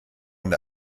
und